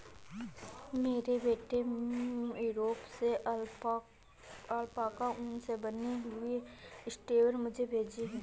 मेरे बेटे ने यूरोप से अल्पाका ऊन से बनी हुई स्वेटर मुझे भेजी है